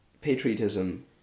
Patriotism